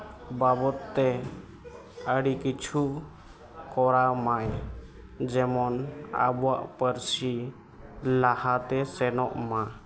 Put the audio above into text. ᱵᱟᱵᱚᱫ ᱛᱮ ᱟᱹᱰᱤ ᱠᱤᱪᱷᱩ ᱠᱚᱨᱟᱣᱢᱟᱭ ᱡᱮᱢᱚᱱ ᱟᱵᱚᱣᱟᱜ ᱯᱟᱹᱨᱥᱤ ᱞᱟᱦᱟᱛᱮ ᱥᱮᱱᱚᱜ ᱢᱟ